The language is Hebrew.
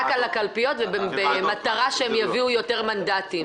רק על הקלפיות, ובמטרה שהם יביאו יותר מנדטים.